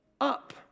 up